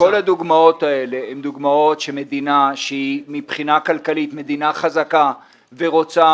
הדוגמאות האלה הן דוגמאות שמדינה שמבחינה כלכלית היא מדינה חזקה ורוצה